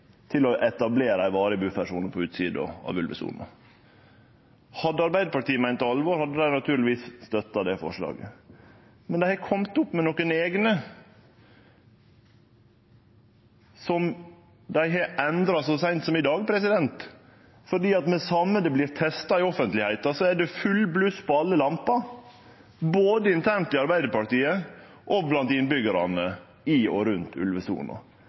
til å etablere ei varig buffersone på utsida av ulvesona. Hadde Arbeidarpartiet meint alvor, hadde dei naturlegvis støtta det forslaget. Men dei har kome opp med nokre eigne som dei har endra så seint som i dag. Med det same det vert testa i offentlegheita, er det fullt bluss på alle lamper både internt i Arbeidarpartiet og blant innbyggjarane i og rundt ulvesona,